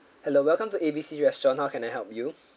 hello welcome to A B C restaurant how can I help you